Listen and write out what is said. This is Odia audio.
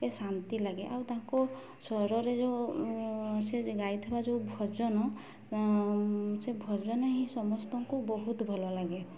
ସେ ଶାନ୍ତି ଲାଗେ ଆଉ ତାଙ୍କ ସ୍ୱରରେ ଯେଉଁ ସେ ଗାଇଥିବା ଯେଉଁ ଭଜନ ସେ ଭଜନ ହିଁ ସମସ୍ତଙ୍କୁ ବହୁତ ଭଲ ଲାଗେ